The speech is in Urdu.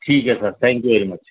ٹھیک ہے sir thank you very much